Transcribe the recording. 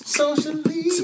socially